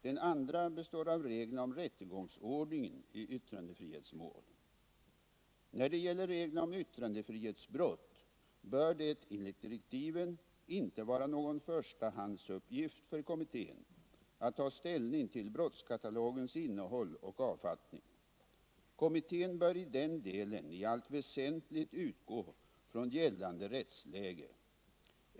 Den andra består av reglerna om rättegångsordningen i yttrandefrihetsmål. Närdet gäller reglerna om yttrandefrihetsbrott bör det enligt direktiven inte vara någon förstahandsuppgift för kommittén att ta ställning till brottskatalogens innehåll och avfattning. Kommittén bör i den delen i allt väsentligt utgå från gällande rättsläge.